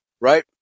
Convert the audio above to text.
right